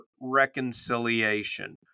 reconciliation